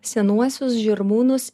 senuosius žirmūnus